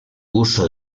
uso